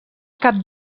cap